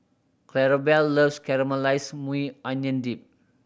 Clarabelle loves Caramelized Maui Onion Dip